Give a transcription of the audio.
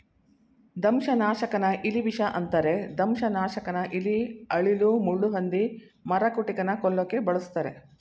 ದಂಶನಾಶಕನ ಇಲಿವಿಷ ಅಂತರೆ ದಂಶನಾಶಕನ ಇಲಿ ಅಳಿಲು ಮುಳ್ಳುಹಂದಿ ಮರಕುಟಿಕನ ಕೊಲ್ಲೋಕೆ ಬಳುಸ್ತರೆ